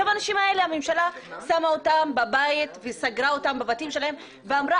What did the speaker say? הממשלה שמה את האנשים האלה בבית וסגרה אותם בבית ואמרה